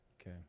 Okay